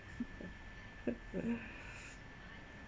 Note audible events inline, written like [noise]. [laughs]